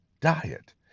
diet